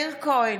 מאיר כהן,